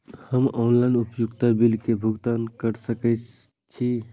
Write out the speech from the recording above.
हम ऑनलाइन उपभोगता बिल भुगतान कर सकैछी?